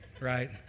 right